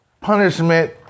punishment